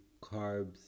Carbs